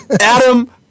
Adam